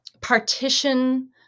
partition